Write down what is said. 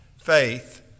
Faith